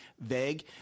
vague